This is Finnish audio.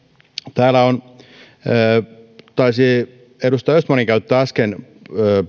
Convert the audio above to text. täällä taisi edustaja östmankin käyttää äsken